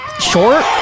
short